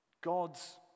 God's